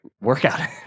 workout